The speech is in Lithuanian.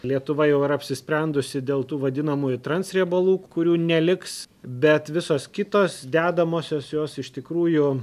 lietuva jau yra apsisprendusi dėl tų vadinamųjų transriebalų kurių neliks bet visos kitos dedamosios jos iš tikrųjų